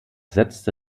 setzte